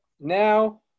Now